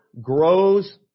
grows